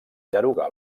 derogar